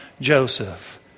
Joseph